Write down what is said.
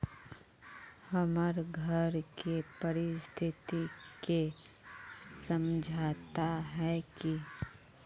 हमर घर के परिस्थिति के समझता है की?